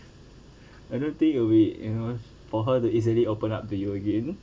I don't think will be you know for her to easily open up to you again